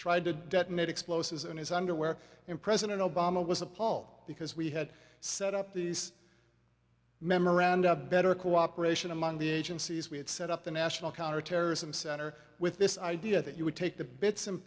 tried to detonate explosives in his underwear and president obama was appalled because we had set up these memoranda better cooperation among the agencies we had set up the national counterterrorism center with this idea that you would take the bits and